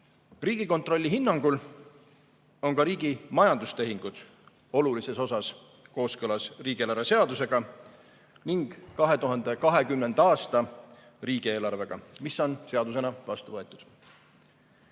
rahavoogusid. Riigikontrolli hinnangul on ka riigi majandustehingud olulises osas kooskõlas riigieelarve seadusega ning 2020. aasta riigieelarvega, mis on seadusena vastu võetud.